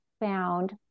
found